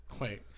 Wait